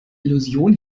illusion